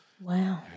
Wow